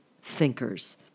thinkers